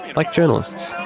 like journalists.